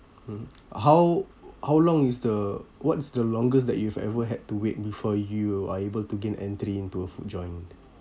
mm how how long is the what's the longest that you've ever had to wait before you are able to gain entry into a food joint